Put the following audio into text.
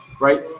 Right